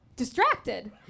distracted